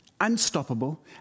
unstoppable